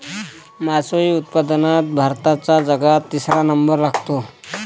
मासोळी उत्पादनात भारताचा जगात तिसरा नंबर लागते